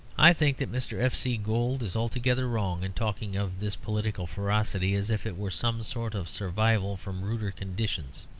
i think that mr. f c. gould is altogether wrong in talking of this political ferocity as if it were some sort of survival from ruder conditions,